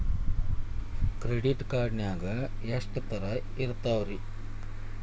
Credit card ನಾಗ ಎಷ್ಟು ತರಹ ಇರ್ತಾವ್ರಿ?